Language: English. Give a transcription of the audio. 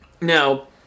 now